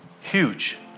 Huge